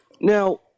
now